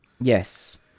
Yes